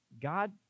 God